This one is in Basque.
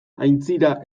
aintzira